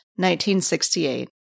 1968